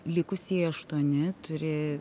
likusieji aštuoni turi